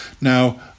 now